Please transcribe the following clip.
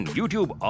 YouTube